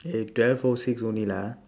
eh twelve o six only lah